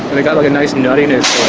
and got like a nice nuttiness.